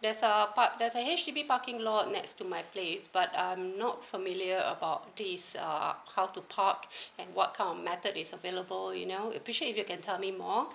there's a park there's H_D_B parking lot next to my place but I'm not familiar about this err how to park and what kind of method is available you know appreciate if you can tell me more